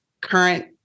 current